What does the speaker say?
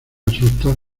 asustas